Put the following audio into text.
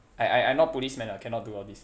I I I'm not policeman ah cannot do all this